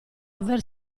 aver